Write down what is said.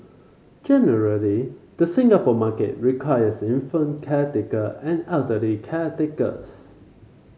generally the Singapore market requires infant caretaker and elderly caretakers